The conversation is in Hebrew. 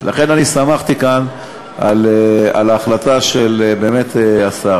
לכן אני שמחתי כאן על ההחלטה של השר.